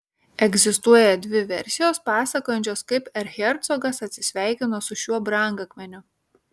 egzistuoja dvi versijos pasakojančios kaip erchercogas atsisveikino su šiuo brangakmeniu